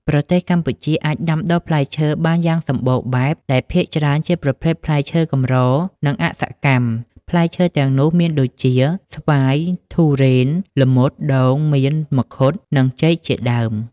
ប្រទេសកម្ពុជាអាចដាំដុះផ្លែឈើបានយ៉ាងសម្បូរបែប ដែលភាគច្រើនជាប្រភេទផ្លែឈើកម្រនិងអសកម្ម ។ ផ្លែឈើទាំងនោះមានដូចជា ស្វាយ ធូរេន ល្មុត ដូង មៀន មង្ឃុត និង ចេក ជាដើម។